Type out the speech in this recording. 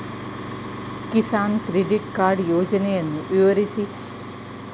Kisan credit card ಯೋಜನೆಯನ್ನು ವಿವರಿಸಿ?